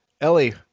Ellie